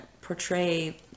portray